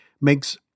makes